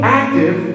active